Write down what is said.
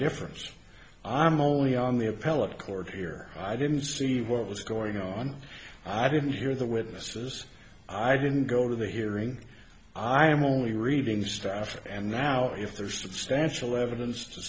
difference i'm only on the appellate court here i didn't see what was going on i didn't hear the witnesses i didn't go to the hearing i am only reading strafford and now if there is substantial evidence to